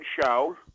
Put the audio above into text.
show